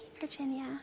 Virginia